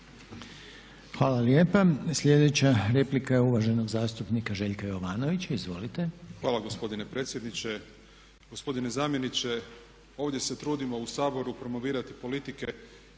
Hvala lijepa. Slijedeća replika je uvaženog zastupnika Željka Jovanovića. Izvolite. **Jovanović, Željko (SDP)** Hvala gospodine predsjedniče. Gospodine zamjeniče, ovdje se trudimo u Saboru promovirati politike